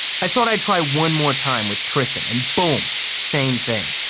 i thought i'd try one more time, with tristan, and boom, same thing.